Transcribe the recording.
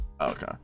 okay